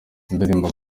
indirimbo